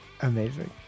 amazing